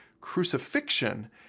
crucifixion